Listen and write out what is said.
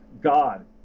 God